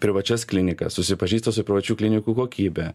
privačias klinikas susipažįsta su privačių klinikų kokybe